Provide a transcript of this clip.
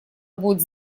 будет